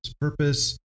Purpose